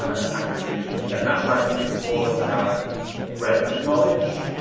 ah impactful things you can get. and that's why i think it's important to have the breadth of knowledge.